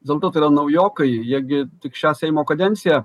vis dėlto tai yra naujokai jie gi tik šią seimo kadenciją